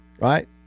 right